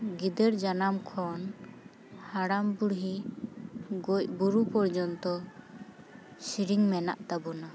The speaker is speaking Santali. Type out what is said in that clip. ᱜᱤᱫᱟᱹᱨ ᱡᱟᱱᱟᱢ ᱠᱷᱚᱱ ᱦᱟᱲᱟᱢ ᱵᱩᱲᱦᱤ ᱜᱚᱡ ᱵᱩᱨᱩ ᱯᱚᱨᱡᱚᱱᱛᱚ ᱥᱮᱨᱮᱧ ᱢᱮᱱᱟᱜ ᱛᱟᱵᱚᱱᱟ